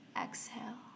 exhale